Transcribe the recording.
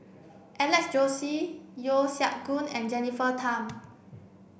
Alex Josey Yeo Siak Goon and Jennifer Tham